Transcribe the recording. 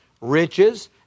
riches